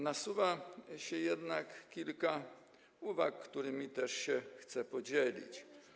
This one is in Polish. Nasuwa się jednak kilka uwag, którymi też się chcę podzielić.